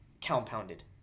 compounded